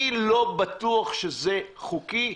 אני לא בטוח שזה חוקי.